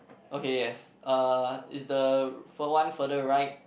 okay yes uh it's the fur one further right